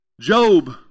Job